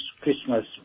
Christmas